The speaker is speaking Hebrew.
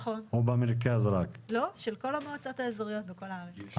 של כל המועצות האזוריות בכל הארץ.